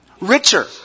richer